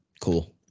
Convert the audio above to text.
cool